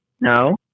No